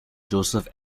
joseph